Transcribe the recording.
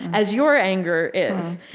as your anger is.